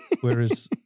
whereas